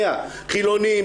חילונים,